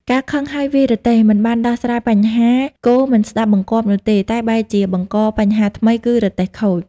ការខឹងហើយវាយរទេះ មិនបានដោះស្រាយបញ្ហាគោមិនស្ដាប់បង្គាប់នោះទេ តែបែរជាបង្កបញ្ហាថ្មី គឺរទេះខូច។